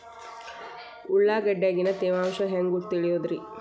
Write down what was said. ಉಳ್ಳಾಗಡ್ಯಾಗಿನ ತೇವಾಂಶ ಹ್ಯಾಂಗ್ ತಿಳಿಯೋದ್ರೇ?